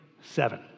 seven